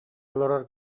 олорор